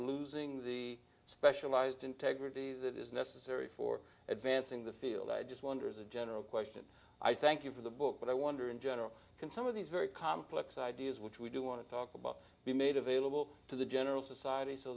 losing the specialized integrity that is necessary for advancing the field i just wonder as a general question i thank you for the book but i wonder in general can some of these very complex ideas which we do want to talk about be made available to the general society so